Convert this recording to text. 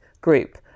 group